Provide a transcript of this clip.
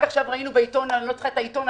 רק עכשיו ראינו בעיתון אני לא צריכה את העיתון,